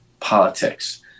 politics